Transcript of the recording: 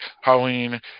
Halloween